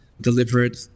delivered